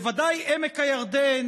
בוודאי עמק הירדן,